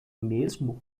mesmo